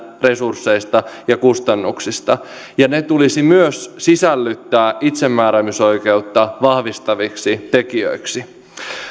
resursseista ja kustannuksista ja ne tulisi myös sisällyttää itsemääräämisoikeutta vahvistaviksi tekijöiksi